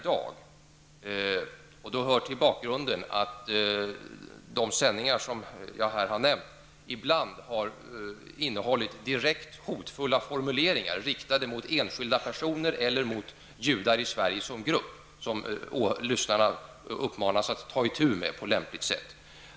Det hör till bakgrunden att de sändningar som jag här har nämnt ibland har innehållit direkt hotfulla formuleringar riktade mot enskilda personer eller mot judar som grupp i Sverige, vilka lyssnarna uppmanas att ta itu med på lämpligt sätt.